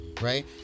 right